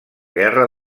guerra